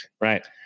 Right